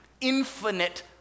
infinite